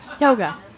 Yoga